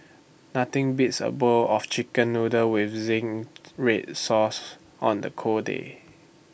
nothing beats A bowl of Chicken Noodles with Zingy Red Sauce on the cold day